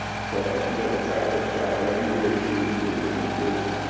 so and she does a fabulous job and every year it seems to improve.